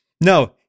No